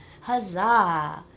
Huzzah